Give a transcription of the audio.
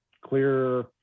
clear